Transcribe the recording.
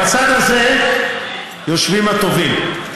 בצד הזה יושבים הטובים,